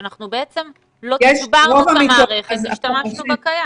שבעצם לא מדובר במערכת, השתמשנו בקיים.